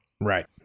Right